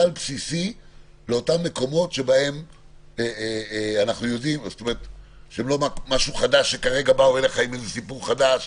סל בסיסי לאותם מקומות שהם לא משהו חדש שכרגע באו עם איזה סיפור חדש.